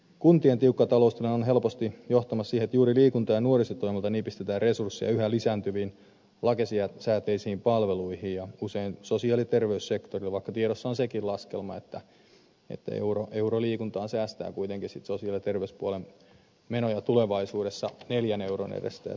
kuntien tiukka taloustilanne on helposti johtamassa siihen että juuri liikunta ja nuorisotoimelta nipistetään resursseja yhä lisääntyviin lakisääteisiin palveluihin ja usein sosiaali ja terveyssektorille vaikka tiedossa on sekin laskelma että euro liikuntaan säästää kuitenkin sitten sosiaali ja terveyspuolen menoja tulevaisuudessa neljän euron edestä